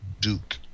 Duke